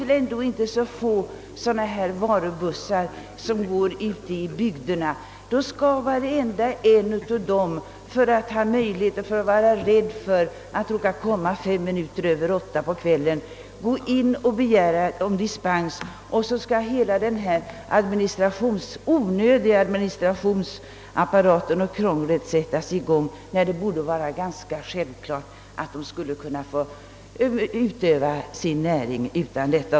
Vi har inte så få varubussar som går ute i bygderna. Då skall varenda en av dessa i rädslan för att komma 5 minuter över 8 på kvällen anhålla om dispens, varpå hela denna onödiga administrationsapparat igångsättes, fastän det borde vara självklart att de skulle kunna få utöva sin näring.